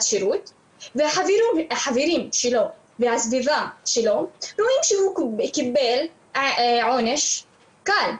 שירות והחברים שלו והסביבה שלו רואים שהוא קיבל עונש קל,